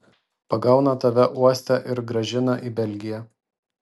pagauna tave uoste ir grąžina į belgiją